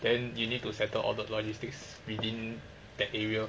then you need to settle all the logistics within that area